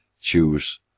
choose